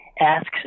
asks